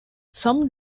some